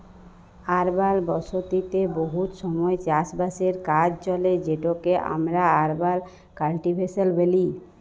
আরবাল বসতিতে বহুত সময় চাষ বাসের কাজ চলে যেটকে আমরা আরবাল কাল্টিভেশল ব্যলি